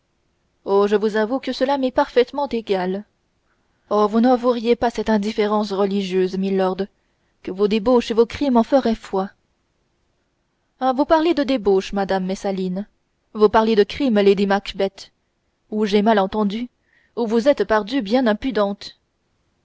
oh je vous avoue que cela m'est parfaitement égal oh vous n'avoueriez pas cette indifférence religieuse milord que vos débauches et vos crimes en feraient foi hein vous parlez de débauches madame messaline vous parlez de crimes lady macbeth ou j'ai mal entendu ou vous êtes pardieu bien impudente